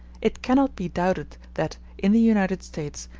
it cannot be doubted that, in the united states,